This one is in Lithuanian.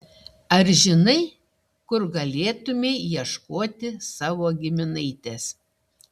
ar žinai kur galėtumei ieškoti savo giminaitės